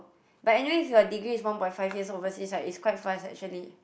but anyways your degree is one point five years overseas right it's quite fast actually